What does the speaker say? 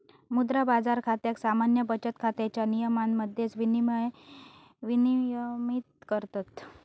मुद्रा बाजार खात्याक सामान्य बचत खात्याच्या नियमांमध्येच विनियमित करतत